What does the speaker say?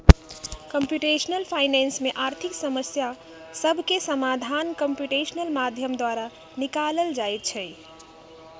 computational finance में आर्थिक समस्या सभके समाधान कंप्यूटेशनल माध्यम द्वारा निकालल जाइ छइ